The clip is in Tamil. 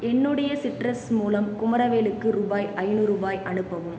என்னுடைய சிட்ரஸ் மூலம் குமரவேலுக்கு ரூபாய் ஐநூரூபாய் அனுப்பவும்